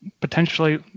potentially